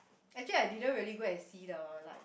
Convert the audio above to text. actually I didn't really go and see the like